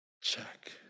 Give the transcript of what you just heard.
Check